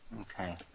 Okay